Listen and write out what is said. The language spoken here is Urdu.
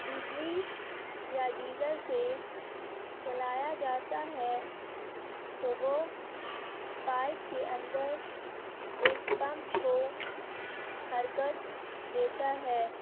بجلی یا ڈیزل سے چلایا جاتا ہے تو وہ پائپ کے اندر ایک پمپ کو حرکت دیتا ہے